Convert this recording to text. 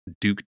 Duke